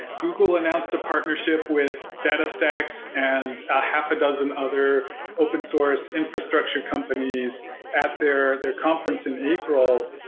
google announced a partnership with datastax and a half a dozen other open source infrastructure companies at their their conference in april.